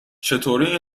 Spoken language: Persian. چطوری